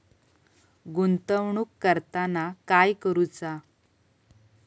गुंतवणूक करताना काय करुचा?